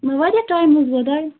واریاہ ٹایِم حظ درٛایوو